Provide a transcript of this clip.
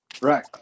Right